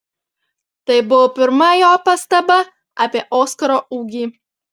tai buvo pirma jo pastaba apie oskaro ūgį